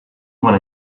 when